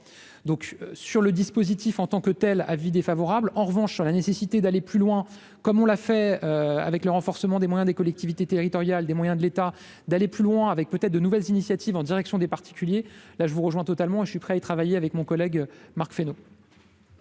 donc sur le dispositif en tant que telle, avis défavorable en revanche sur la nécessité d'aller plus loin, comme on l'a fait avec le renforcement des moyens des collectivités territoriales, des moyens de l'État, d'aller plus loin avec peut-être de nouvelles initiatives en direction des particuliers, là je vous rejoins totalement et je suis prêt à travailler avec mon collègue Marc Fesneau.